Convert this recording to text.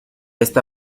esta